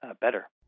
better